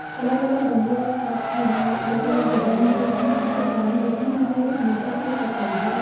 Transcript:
الگ الگ رنگوں کے ساتھ کھیلنا الگ الگ رنگ دیکھنا چترکاری دیکھنا مجھے یہ ہمیشہ سے ہی پسند ہے